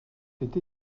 été